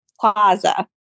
Plaza